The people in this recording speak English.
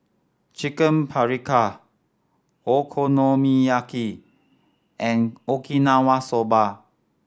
Chicken Paprika Okonomiyaki and Okinawa Soba